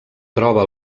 troba